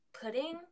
pudding